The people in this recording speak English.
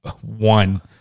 one